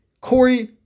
Corey